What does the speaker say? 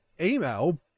email